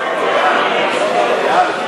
אדוני היושב-ראש,